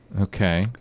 Okay